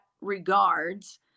regards